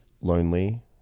lonely